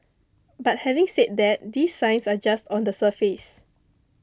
but having said that these signs are just on the surface